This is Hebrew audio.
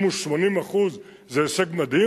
אם הוא 80% זה הישג מדהים,